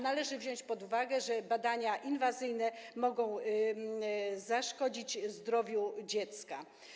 Należy wziąć pod uwagę, że badania inwazyjne mogą zaszkodzić zdrowiu dziecka.